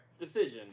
decision